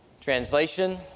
Translation